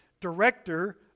director